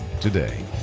today